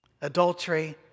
Adultery